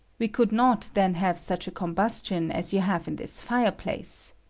we could not then have such a combustion as you have in this fireplace.